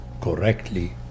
correctly